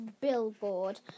billboard